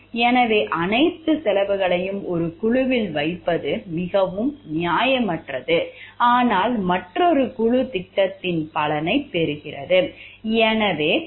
எனவே அனைத்து செலவுகளையும் ஒரு குழுவில் வைப்பது மிகவும் நியாயமற்றது ஆனால் மற்றொரு குழு திட்டத்தின் பலனைப் பெறுகிறது